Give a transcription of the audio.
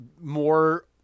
more